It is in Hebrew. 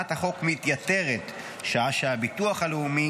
הצעת החוק מתייתרת שעה שהביטוח הלאומי